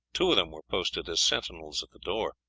two of them were posted as sentinels at the door